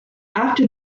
after